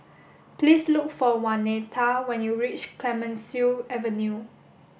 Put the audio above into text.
please look for Waneta when you reach Clemenceau Avenue